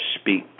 speak